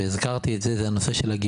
אני הזכרתי את זה נושא הגמלאים.